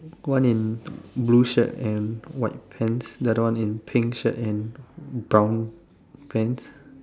one in blue shirt and white pants the other is pink shirt and brown pants